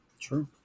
True